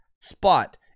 spot